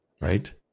Right